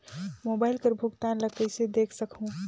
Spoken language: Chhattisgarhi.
मोबाइल कर भुगतान ला कइसे देख सकहुं?